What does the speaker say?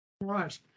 Right